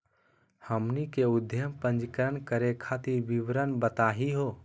हमनी के उद्यम पंजीकरण करे खातीर विवरण बताही हो?